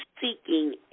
seeking